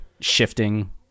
shifting